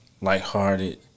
lighthearted